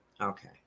Okay